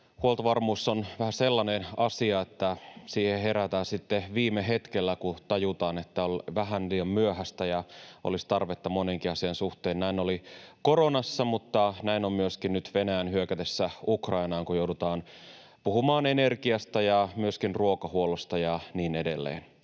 Huoltovarmuus on vähän sellainen asia, että siihen herätään sitten viime hetkellä, kun tajutaan, että on vähän liian myöhäistä ja olisi tarvetta monenkin asian suhteen. Näin oli koronassa, mutta näin on myöskin nyt Venäjän hyökätessä Ukrainaan, kun joudutaan puhumaan energiasta ja myöskin ruokahuollosta ja niin edelleen.